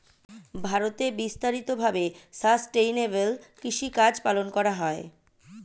ভারতে বিস্তারিত ভাবে সাসটেইনেবল কৃষিকাজ পালন করা হয়